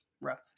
rough